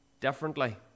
differently